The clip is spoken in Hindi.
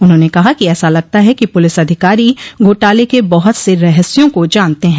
उन्होंने कहा कि ऐसा लगता है कि पुलिस अधिकारी घोटाले के बहुत से रहस्यों को जानते हैं